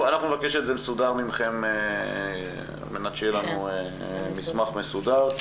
אנחנו נבקש את זה מסודר מכם על מנת שיהיה לנו מסמך מסודר.